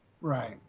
Right